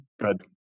Good